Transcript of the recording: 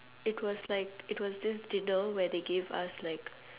it was like it was this dinner where they gave us like